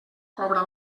cobra